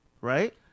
right